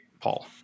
Paul